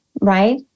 right